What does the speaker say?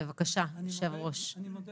אני מודה